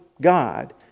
God